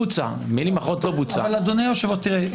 אבל אדוני היושב ראש, תראה.